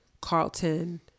carlton